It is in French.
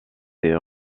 ses